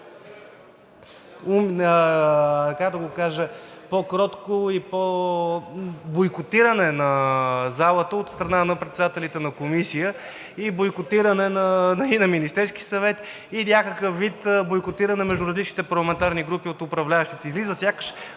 по-кротко, бойкотиране на залата от страна на председателите на комисии и бойкотиране на Министерския съвет, и някакъв вид бойкотиране между различните парламентарни групи от управляващите. Излиза сякаш